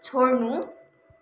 छोड्नु